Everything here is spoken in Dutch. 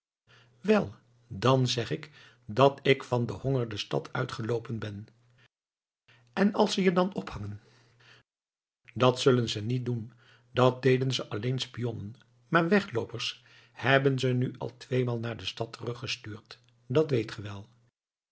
wel dan zeg ik dat ik van den honger de stad uitgeloopen ben en als zij je dan ophangen dat zullen ze niet doen dat deden ze alleen spionnen maar wegloopers hebben ze nu al tweemaal naar de stad teruggestuurd dat weet ge wel